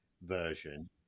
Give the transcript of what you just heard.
version